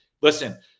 Listen